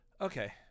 Okay